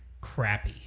crappy